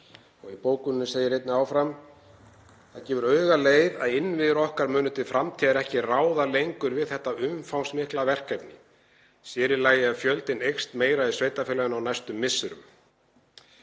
Í bókuninni segir einnig: „Það gefur augaleið að innviðir okkar munu til framtíðar ekki ráða lengur við þetta umfangsmikla verkefni, sér í lagi ef fjöldinn eykst meira í sveitarfélaginu á næstu misserum.“